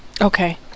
Okay